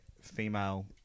female